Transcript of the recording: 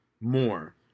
more